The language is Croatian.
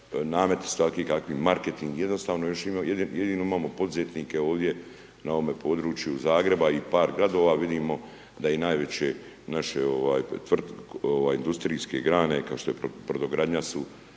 namet takvi kakvi je, marketing, jednostavno, još imamo poduzetnike ovdje na ovome području Zagreba i par gradova vidimo, da i najveće naše ovaj, industrijske grane kao što je brodogradnja, su